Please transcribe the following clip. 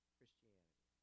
Christianity